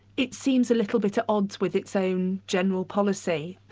it seems a little bit at odds with its own general policy.